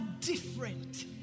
different